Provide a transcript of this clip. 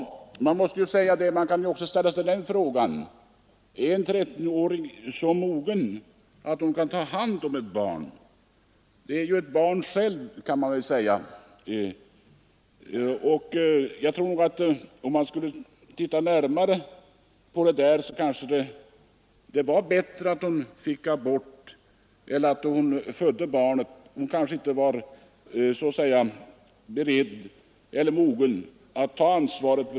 Man kan också fråga sig: Är en trettonårig flicka mogen att ta hand om ett barn, att ta ansvaret för en annan individ? Hon är ju ett barn själv. Det kanske var bättre att hon fick abort än att hon födde barnet.